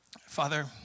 Father